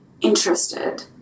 interested